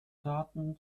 daten